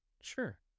Sure